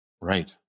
Right